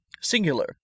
Singular